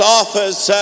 office